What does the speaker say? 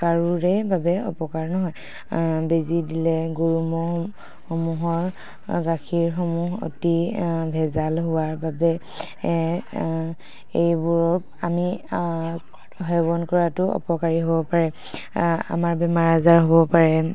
কাৰোৰে বাবে অপকাৰ নহয় বেজী দিলে গৰু ম'হসমূহৰ গাখীৰসমূহ অতি ভেজাল হোৱাৰ বাবে এইবোৰৰ আমি সেৱন কৰাতো অপকাৰী হ'ব পাৰে আমাৰ বেমাৰ আজাৰ হ'ব পাৰে